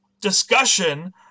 discussion